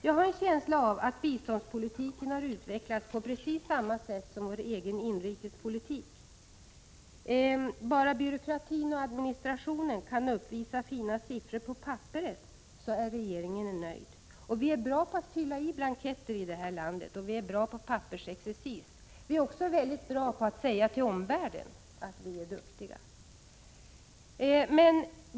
Jag har en känsla av att biståndspolitiken har utvecklats på precis samma sätt som inrikespolitiken. Om bara byråkratin och administrationen kan uppvisa fina siffror på papperet är regeringen nöjd. Vi är bra på att fylla i blanketter i detta land, och vi är bra på pappersexercis. Vi också mycket bra på att säga till omvärlden att vi är duktiga.